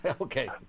okay